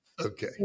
Okay